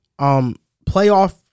playoff